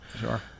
Sure